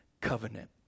covenant